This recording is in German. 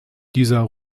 dieser